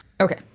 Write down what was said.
Okay